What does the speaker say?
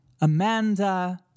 Amanda